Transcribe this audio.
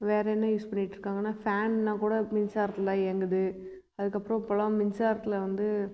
வேறு என்ன யூஸ் பண்ணிட்டுருக்காங்கன்னா ஃபேன்னா கூட மின்சாரத்தில்தான் இயங்குது அதற்கப்பறோம் இப்போல்லாம் மின்சாரத்தில் வந்து